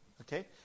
Okay